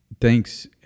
thanks